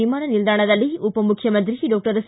ವಿಮಾನ ನಿಲ್ದಾಣದಲ್ಲಿ ಉಪಮುಖ್ಯಮಂತ್ರಿ ಡಾಕ್ಟರ್ ಸಿ